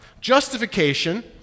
Justification